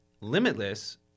limitless